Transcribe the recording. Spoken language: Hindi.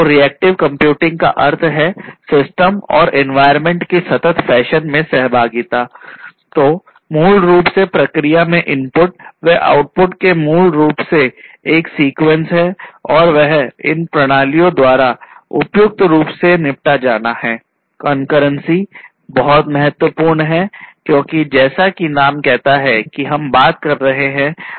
रिएक्टिव कंप्यूटेशन है और वह इन प्रणालियों द्वारा उपयुक्त रूप से निपटा जाना है